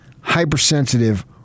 hypersensitive